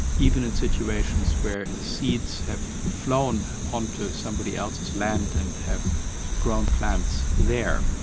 even in situations where seeds have flown onto somebody else's land and have grown plants there.